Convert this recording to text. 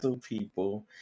people